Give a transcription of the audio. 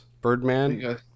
Birdman